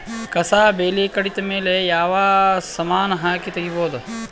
ಕಸಾ ಬೇಲಿ ಕಡಿತ ಮೇಲೆ ಯಾವ ಸಮಾನ ಹಾಕಿ ತಗಿಬೊದ?